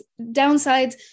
downsides